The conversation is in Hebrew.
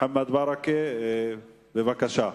מוחמד ברכה, בבקשה.